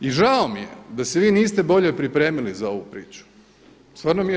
I žao mi je da se vi niste bolje pripremili za ovu priču, stvarno mi je žao.